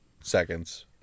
seconds